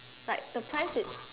like the price it's